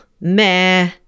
meh